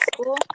school